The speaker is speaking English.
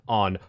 on